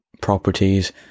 properties